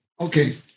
Okay